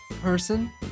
Person